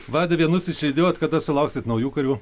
vade vienus išlydėjot kada sulauksit naujų karių